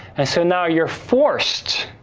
and so now, you're forced